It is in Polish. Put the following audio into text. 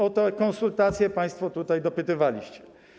O te konsultacje państwo tutaj dopytywaliście.